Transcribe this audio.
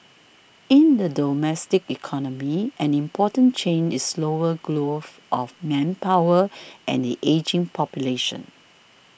in the domestic economy an important change is slower growth of manpower and the ageing population